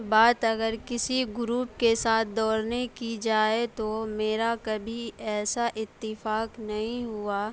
بات اگر کسی گروپ کے ساتھ دوڑنے کی جائے تو میرا کبھی ایسا اتفاق نہیں ہوا